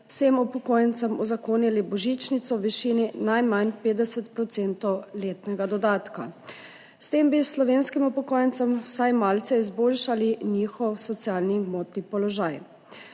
vsem upokojencem uzakonili božičnico v višini najmanj 50 % letnega dodatka. S tem bi slovenskim upokojencem vsaj malce izboljšali njihov socialni gmotni položaj.